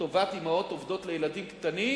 לטובת אמהות עובדות עם ילדים קטנים